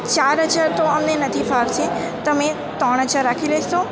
ચાર હાજર તો અમને નથી ફાવશે તમે ત્રણ હજાર રાખી લેશો